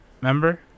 remember